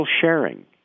sharing